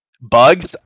Bugs